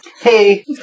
hey